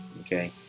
okay